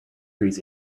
trees